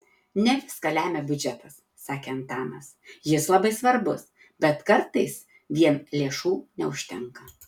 ne viską lemia biudžetas sakė antanas jis labai svarbus bet kartais vien lėšų neužtenka